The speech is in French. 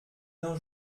d’un